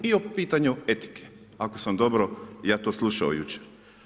I o pitanju etike, ako sam dobro ja to slušao jučer.